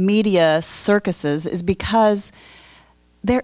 media circuses is because they're